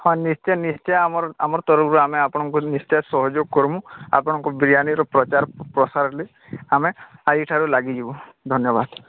ହଁ ନିଶ୍ଚୟ ନିଶ୍ଚୟ ଆମର ଆମର ତରଫରୁ ଆମେ ଆପଣଙ୍କୁ ନିଶ୍ଚୟ ସହଯୋଗ କର୍ମୁ ଆପଣଙ୍କ ବିରିୟାନିର ପ୍ରଚାର ପ୍ରସାର ହେଲେ ଆମେ ଆଜିଠାରୁ ଲାଗିଯିବୁ ଧନ୍ୟବାଦ